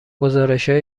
گزارشهای